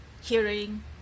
hearing